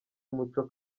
umuco